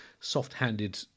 soft-handed